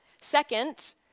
Second